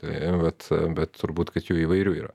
tai vat bet turbūt kad jų įvairių yra